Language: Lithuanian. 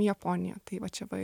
į japoniją tai va čia va